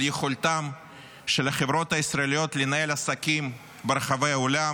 על יכולתן של החברות הישראליות לנהל עסקים ברחבי העולם,